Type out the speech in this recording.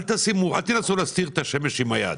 אל תנסו להסתיר את השמש עם היד.